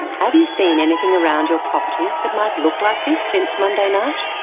have you seen anything around your property that might look like this since monday night?